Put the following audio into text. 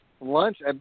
Lunch